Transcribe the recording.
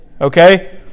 Okay